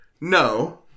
no